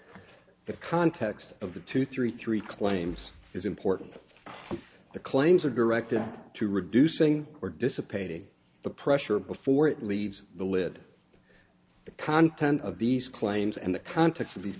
the context of the two three three claims is important but the claims are directed to reducing or dissipating the pressure before it leaves the lid the content of these claims and the context of these